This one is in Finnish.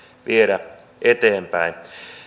viedä eteenpäin